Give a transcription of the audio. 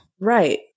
Right